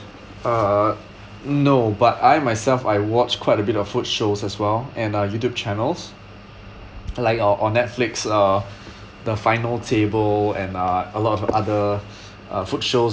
uh no but I myself I watch quite a bit of food shows as well and uh youtube channels like or or netflix uh the final table and uh a lot of other uh food shows